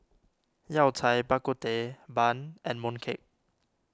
Yao Cai Bak Kut Teh Bun and Mooncake